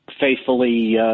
faithfully